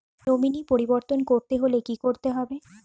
Nominee পরিবর্তন করতে হলে কী করতে হবে?